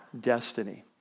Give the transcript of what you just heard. destiny